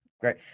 Great